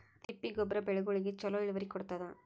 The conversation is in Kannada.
ತಿಪ್ಪಿ ಗೊಬ್ಬರ ಬೆಳಿಗೋಳಿಗಿ ಚಲೋ ಇಳುವರಿ ಕೊಡತಾದ?